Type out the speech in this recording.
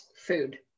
food